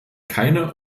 keine